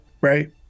Right